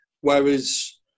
whereas